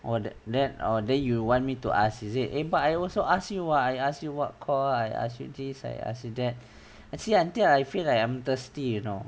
or that or then you want me to ask is it eh but I also ask you what I ask you what call I I ask you this I ask you that you see until I feel like I'm thirsty you know